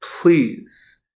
please